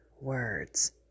words